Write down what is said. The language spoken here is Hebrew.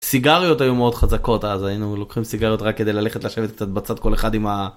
סיגריות היו מאוד חזקות אז היינו לוקחים סיגריות רק כדי ללכת לשבת קצת בצד כל אחד עם